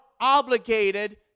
obligated